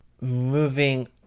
moving